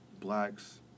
blacks